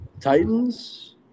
Titans